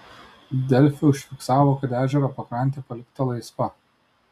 delfi užfiksavo kad ežero pakrantė palikta laisva